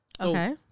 Okay